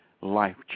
life